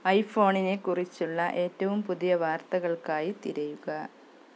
I ഫോണിനേക്കുറിച്ചുള്ള ഏറ്റവും പുതിയ വാർത്തകൾക്കായി തിരയുക